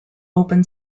open